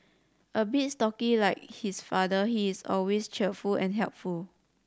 a bit stocky like his father he is always cheerful and helpful